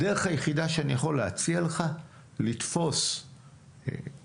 הדרך היחידה שאני יכול להציע לך, לתפוס מישהו.